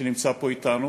שנמצא פה אתנו,